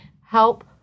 help